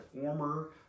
former